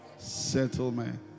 settlement